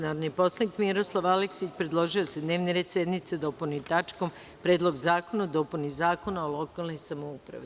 Narodni poslanik Miroslav Aleksić, predložio je da se dnevni red sednice dopuni tačkom, Predlog zakona o dopuni Zakona o lokalnoj samoupravi.